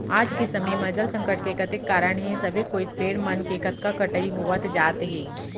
आज के समे म जल संकट के कतेक कारन हे सबे कोइत पेड़ मन के कतका कटई होवत जात हे